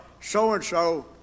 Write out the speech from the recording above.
so-and-so